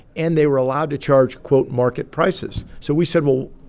and they were allowed to charge, quote, market prices. so we said well,